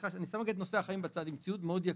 מאוד יקר,